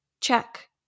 check